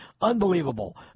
Unbelievable